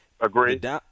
Agreed